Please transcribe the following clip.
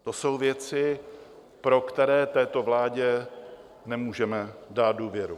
To jsou věci, pro které této vládě nemůžeme dát důvěru.